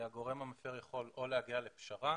הגורם המפר יכול או להגיע לפשרה